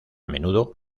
menudo